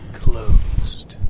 closed